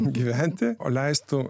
gyventi o leistų